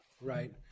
Right